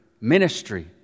ministry